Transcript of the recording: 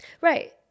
right